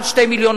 עד 2.2 מיליון,